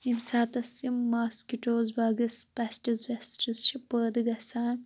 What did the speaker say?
ییٚمہِ ساتہٕ یِم ماسکِٹوٗز بَگٕس پیٚسٹٕس وِیٚسٹٕس چھِ پٲدٕ گَژھان